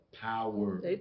power